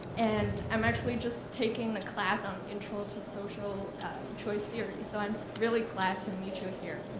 and i'm actually just taking the class on intro to social choice theory. so i'm really glad to meet you here.